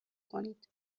کنید